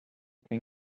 can